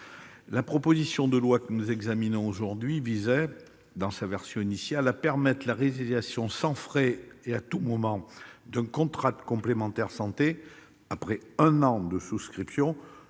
La proposition de loi que nous examinons aujourd'hui visait, dans sa version initiale, à permettre la résiliation sans frais et à tout moment d'un contrat de complémentaire santé, après un an de souscription,